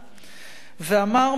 ואמר: "מדינת ישראל,